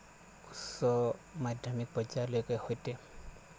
উচ্চ মাধ্যমিক পৰ্যায়লৈকে সৈতে